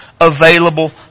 available